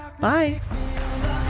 Bye